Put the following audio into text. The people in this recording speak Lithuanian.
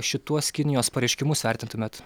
šituos kinijos pareiškimus vertintumėt